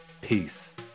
Peace